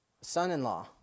Son-in-law